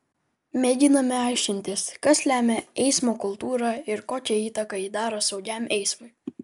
mėginame aiškintis kas lemia eismo kultūrą ir kokią įtaką ji daro saugiam eismui